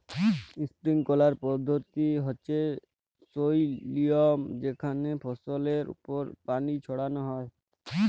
sprinkler পদ্ধতি হচ্যে সই লিয়ম যেখানে ফসলের ওপর পানি ছড়ান হয়